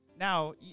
Now